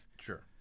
Sure